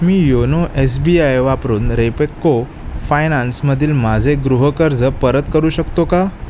me YONO S B I वापरून रेपेक्को फायनान्समधील माझे गृहकर्ज परत करू शकतो का